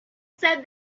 said